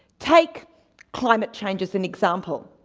take climate change as an example.